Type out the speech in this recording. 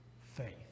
faith